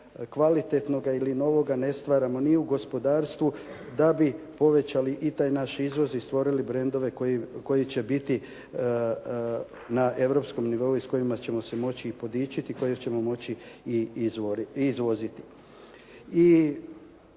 kvalitetnoga ili novoga ne stvaramo ni u gospodarstvu da bi povećali i taj naš izvoz i stvorili brendove koji će biti na europskom nivou i s kojima ćemo se moći podičiti i kojeg ćemo moći i izvoziti.